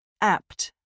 Apt